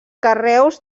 carreus